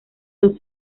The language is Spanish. dos